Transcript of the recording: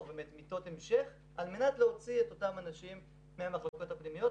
מיטות המשך על מנת להוציא את אותם אנשים מהמחלקות הפנימיות.